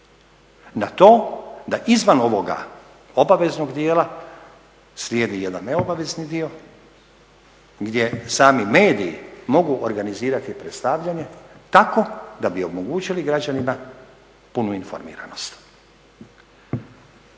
na to da izvan ovoga obaveznog dijela slijedi jedan neobavezni dio gdje sami mediji mogu organizirati predstavljanje tako da bi omogućili građanima punu informiranost.